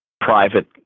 private